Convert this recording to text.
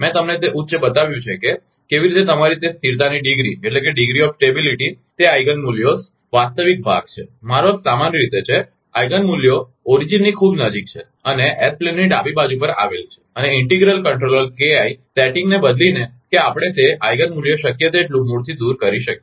મેં તમને તે ઉચ્ચ બતાવ્યું છે કે કેવી રીતે તમારી તે સ્થિરતાની ડિગ્રી તે આઇગિન મૂલ્યો વાસ્તવિક ભાગ છે મારો અર્થ સામાન્ય રીતે છે આઇગિન મૂલ્યો મૂળની ખૂબ નજીક છે અને એસ પ્લેનની ડાબી બાજુ પર આવેલી છે અને ઇન્ટિગ્રલ કંટ્રોલર KI સેટિંગને બદલીને કે આપણે તે આઇગિન મૂલ્ય શક્ય તેટલું મૂળથી દૂર કરી શકીએ